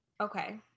Okay